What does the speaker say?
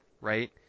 right